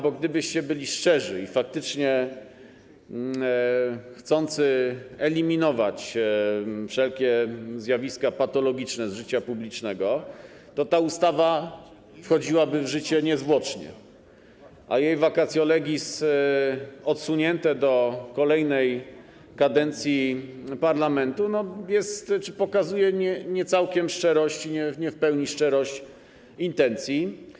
Bo gdybyście byli szczerzy i faktycznie chcieli eliminować wszelkie zjawiska patologiczne z życia publicznego, to ta ustawa wchodziłaby w życie niezwłocznie, a jej vacatio legis odsunięte do kolejnej kadencji parlamentu pokazuje nie całkiem szczerość, nie w pełni szczerość intencji.